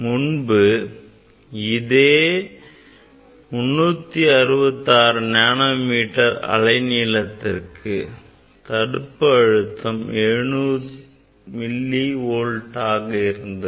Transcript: முன்பு இதே 366 நானோமீட்டர் அலைநீளத்திற்கு தடுப்பு மின்னழுத்தம் 700 மில்லி வோல்ட் ஆக இருந்தது